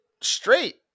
straight